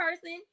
person